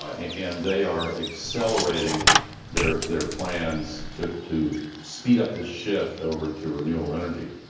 um and they are accelerating their their plans to to speed up the shift over to renewable energy.